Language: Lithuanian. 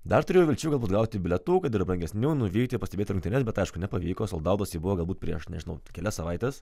dar turėjau vilčių galbūt gauti bilietų kad ir brangesnių nuvykti pastebėti rungtynes bet aišku nepavyko soldautas ji buvo galbūt prieš nežinau kelias savaites